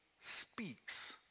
speaks